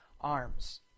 arms